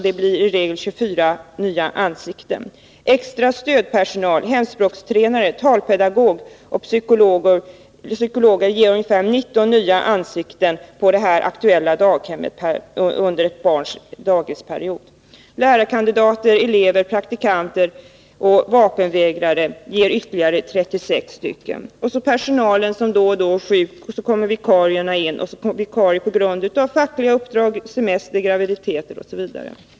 Det blir i regel 24 nya ansikten. Extra stödpersonal, hemspråkstränare, talpedagog och psykologer ger 19 nya ansikten på det här aktuella daghemmet under ett barns dagisperiod. Lärarkandidater, elever, praktikanter, auskultanter, vapenvägrare m.fl. ger ytterligare 36 personer. Personalen är sjuk då och då, och vikarier sätts in. Vikarier kommer också på grund av fackliga uppdrag, semestrar, graviditeter osv.